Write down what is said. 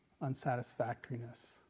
unsatisfactoriness